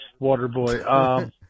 Waterboy